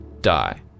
die